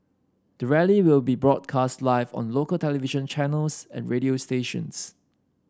the rally will be broadcast live on local television channels and radio stations